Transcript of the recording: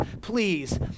please